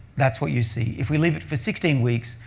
that's what you see. if we leave it for sixteen weeks,